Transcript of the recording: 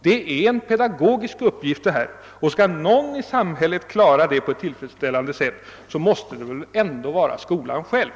Det är en pedagogisk uppgift, och skall någon i samhället klara saken på ett tillfredsställande sätt måste det ändå vara skolan själv.